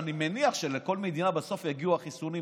אני מניח שלכל מדינה בסוף יגיעו החיסונים,